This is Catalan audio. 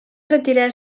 retirar